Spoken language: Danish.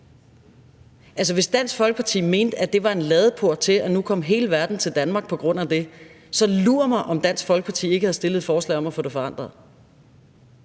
Hvis Dansk Folkeparti mente, at det var en ladeport, og at hele verden ville komme til Danmark på grund af det, så lur mig, om Dansk Folkeparti ikke havde fremsat et forslag om at få det forandret